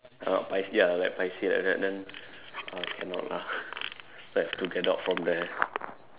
cannot pai~ ya like paiseh like that then uh cannot lah like I have to get out from there